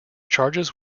charges